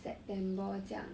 september 这样